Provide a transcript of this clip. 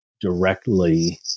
directly